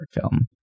film